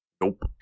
Nope